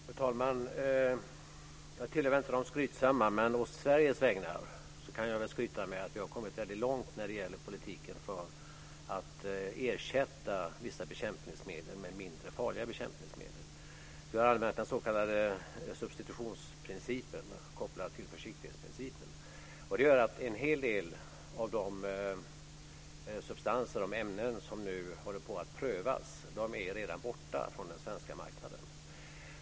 Fru talman! Jag tillhör inte de skrytsamma, men på Sveriges vägnar kan jag skryta med att vi har kommit väldigt långt när det gäller politiken för att ersätta vissa bekämpningsmedel med mindre farliga bekämpningsmedel. Vi har använt den s.k. substitutionsprincipen kopplad till försiktighetsprincipen. Det gör att en hel del av de ämnen som nu håller på att prövas redan är borta från den svenska marknaden.